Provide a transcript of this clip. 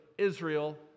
israel